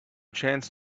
chance